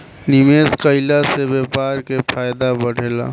निवेश कईला से व्यापार के फायदा बढ़ेला